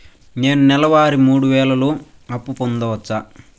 నేను నెల వారి మూడు వేలు అప్పు పొందవచ్చా?